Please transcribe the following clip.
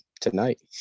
tonight